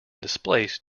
displaced